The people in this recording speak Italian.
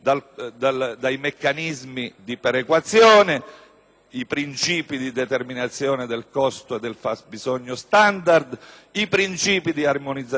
ai principi di determinazione del costo e del fabbisogno standard, ai principi di armonizzazione dei bilanci pubblici di tutti i livelli di governo,